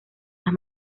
las